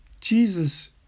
Jesus